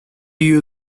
you